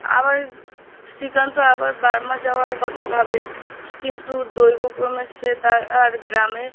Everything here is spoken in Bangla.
আবার শ্রীকান্ত আবার বার্মা যাওয়ার কথা ভাবে কিন্তু দৈব ক্রমে সে তার আর গ্রামে